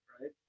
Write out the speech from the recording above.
right